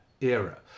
era